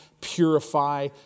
purify